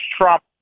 Trump